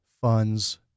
funds